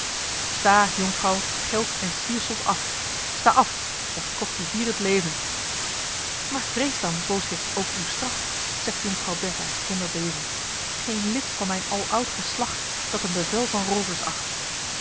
sta jonkvrouw geld en siersels af sta af of t kost u hier het leven maar vrees dan booswicht ook uw straf zegt jonkvrouw bertha zonder beven geen lid van mijn aloud geslacht dat een bevel van roovers acht